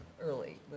early